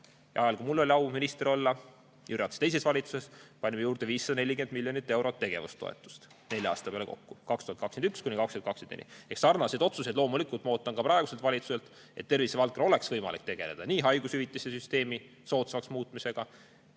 Ajal, kui mul oli au minister olla Jüri Ratase teises valitsuses, panime juurde 540 miljonit eurot tegevustoetust nelja aasta peale kokku, 2021–2024. Sarnaseid otsuseid ootan loomulikult ka praeguselt valitsuselt, et tervisevaldkonnal oleks võimalik tegeleda haigushüvitiste süsteemi soodsamaks muutmise